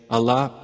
Allah